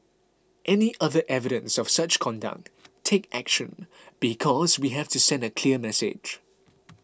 any other evidence of such conduct take action because we have to send a clear message